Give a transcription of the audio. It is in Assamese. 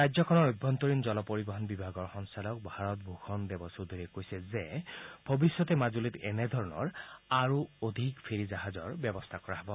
ৰাজ্যখনৰ অভ্যন্তৰীণ জল পৰিবহন বিভাগৰ সঞ্চালক ভাৰত ভূষণ দেৱ চৌধুৰীয়ে কৈছে যে ভৱিষ্যতে মাজুলীত এনে ধৰণৰ আৰু অধিক ফেৰী জাহাজৰ ব্যৱস্থা কৰা হ'ব